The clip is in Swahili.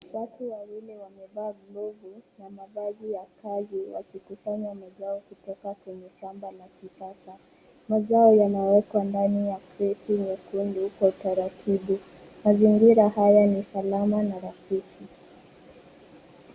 Watu wawili wamevaa glavu na mavazi ya kazi wakikusanya mazao kutoka kwenye shamba la kisasa mazao yanawekwa ndani ya kreti nyekundu kwa utaratibu. Mazingira haya ni salama na rafiki.